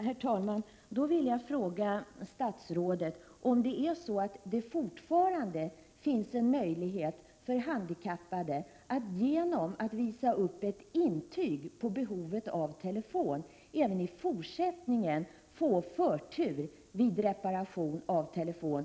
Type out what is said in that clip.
Herr talman! Jag vill då fråga statsrådet om det fortfarande finns möjlighet för handikappade — såsom har gällt fram till nu — att genom att visa upp ett intyg om sitt behov av telefon få förtur till reparation av telefon.